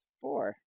four